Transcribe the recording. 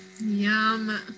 yum